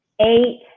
eight